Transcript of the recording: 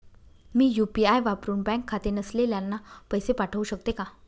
मी UPI वापरुन bank खाते नसलेल्यांना पैसे पाठवू शकते का?